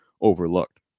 overlooked